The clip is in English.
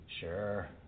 Sure